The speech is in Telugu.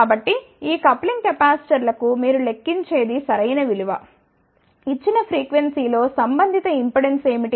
కాబట్టి ఈ కప్లింగ్ కెపాసిటర్లకు మీరు లెక్కించేది సరైన విలువ ఇచ్చిన ఫ్రీక్వెన్సీ లో సంబంధిత ఇంపెడెన్స్ ఏమిటి